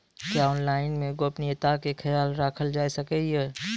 क्या ऑनलाइन मे गोपनियता के खयाल राखल जाय सकै ये?